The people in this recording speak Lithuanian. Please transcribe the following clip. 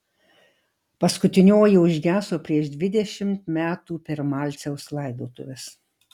paskutinioji užgeso prieš dvidešimt metų per malciaus laidotuves